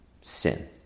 sin